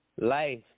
Life